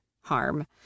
harm